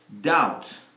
doubt